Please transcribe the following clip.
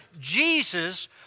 Jesus